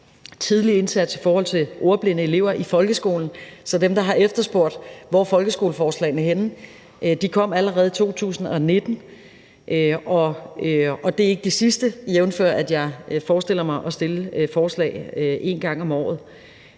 tidlige indsats i forhold til ordblinde elever i folkeskolen, så til dem, der har spurgt om, hvor folkeskoleforslagene er henne, vil jeg sige, at de allerede kom i 2019. Og det er ikke de sidste, der kommer – jævnfør, at jeg forestiller mig at fremsætte forslag en gang om året.